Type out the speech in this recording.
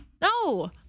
No